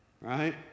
Right